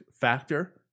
factor